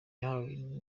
yahawe